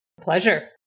Pleasure